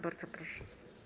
Bardzo proszę.